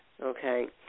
okay